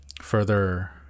further